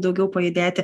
daugiau pajudėti